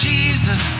Jesus